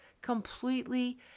completely